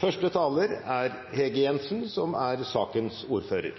Farlige klimaendringer er